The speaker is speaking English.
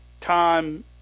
time